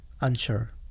unsure